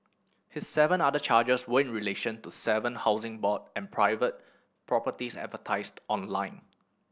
his seven other charges were in relation to seven Housing Board and private properties advertised online